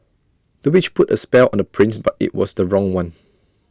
the witch put A spell on the prince but IT was the wrong one